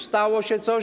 Stało się coś?